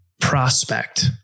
prospect